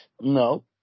No